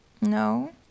No